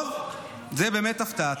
טוב, זאת באמת הפתעה.